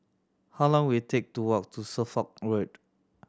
how long will it take to walk to Suffolk Road